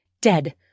dead